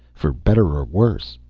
for better or worse.